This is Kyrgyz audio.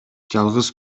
жалгыз